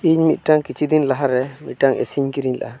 ᱤᱧ ᱢᱤᱫᱴᱟᱝ ᱠᱤᱪᱷᱤᱫᱤᱱ ᱞᱟᱦᱟᱨᱮ ᱢᱤᱫᱴᱟᱝ ᱮᱥᱤᱧ ᱠᱤᱨᱤᱧ ᱞᱟᱜᱼᱟ